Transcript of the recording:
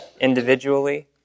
individually